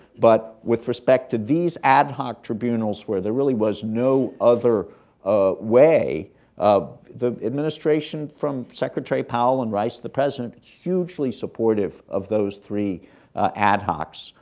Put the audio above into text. but with respect to these ad hoc tribunals, where there really was no other way of the administration, from secretary powell and rice to the president hugely supportive of those three ad hocs.